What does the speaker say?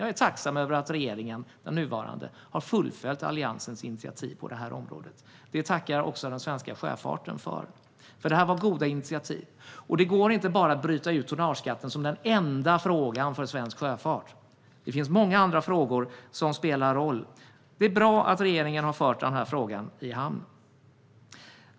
Jag är tacksam över att den nuvarande regeringen har fullföljt Alliansens initiativ på det här området. Det tackar också den svenska sjöfarten för, för det här var goda initiativ. Det går inte att bryta ut tonnageskatten som den enda frågan för svensk sjöfart. Det finns många andra frågor som spelar roll. Det är bra att regeringen har fört den här frågan i hamn.